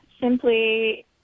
simply